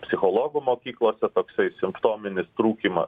psichologų mokyklose toksai simptominis trūkyma